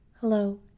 Hello